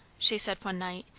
she said one night,